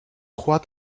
what